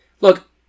look